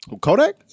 Kodak